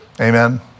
Amen